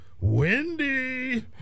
Wendy